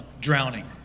drowning